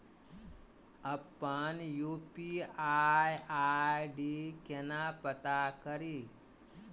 अप्पन UPI ID केना पत्ता कड़ी?